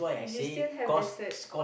you still have the sir